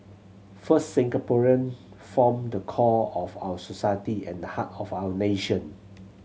first Singaporean form the core of our society and the heart of our nation